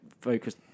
focus